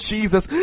Jesus